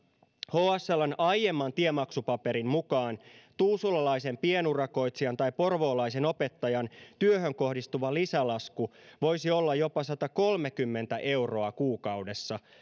hsln aiemman tiemaksupaperin mukaan tuusulalaisen pienurakoitsijan tai porvoolaisen opettajan työhön kohdistuva lisälasku voisi olla jopa satakolmekymmentä euroa kuukaudessa